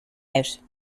out